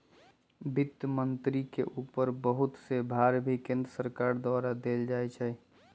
वित्त मन्त्री के ऊपर बहुत से भार भी केन्द्र सरकार के द्वारा देल जा हई